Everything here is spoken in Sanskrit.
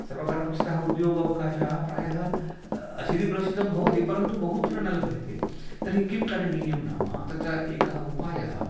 सर्वकारपक्षतः उद्योगावकाशः प्रायः अशीतिप्रतिशतं भवति परन्तु बहुत्र न लभ्यते तर्हि किं करणीयं नाम तत्र एकः उपायः